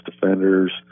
defenders